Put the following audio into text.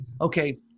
okay